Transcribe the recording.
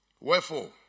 Wherefore